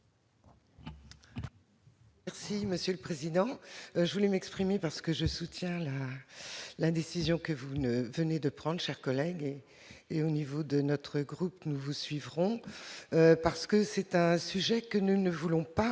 Merci monsieur le président, je voulais m'exprimer parce que je soutiens la décision que vous ne venez de prendre cher collègue et et au niveau de notre groupe, nous vous suivrons parce que c'est un sujet que nous ne voulons pas